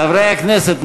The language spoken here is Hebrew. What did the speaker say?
חברי הכנסת,